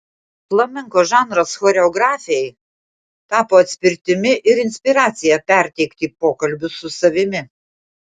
flamenko žanras choreografei tapo atspirtimi ir inspiracija perteikti pokalbius su savimi